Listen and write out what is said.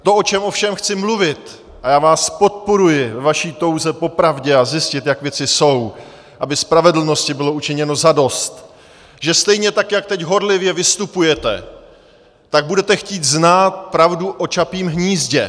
To, o čem ovšem chci mluvit a já vás podporuji ve vaší touze po pravdě, zjistit, jak věci jsou, aby spravedlnosti bylo učiněno zadost, že stejně tak jako teď horlivě vystupujete, tak budete chtít znát pravdu o Čapím hnízdě.